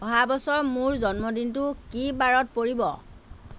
অহা বছৰ মোৰ জন্মদিনটো কি বাৰত পৰিব